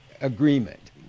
agreement